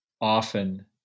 often